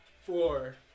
four